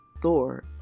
Thor